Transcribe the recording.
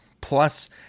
plus